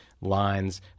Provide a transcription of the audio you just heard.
lines